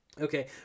Okay